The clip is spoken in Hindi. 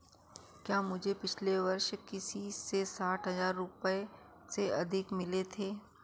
क्या मुझे पिछले वर्ष किसी से साठ हज़ार रुपये से अधिक मिले थे